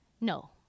No